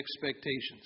expectations